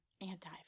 anti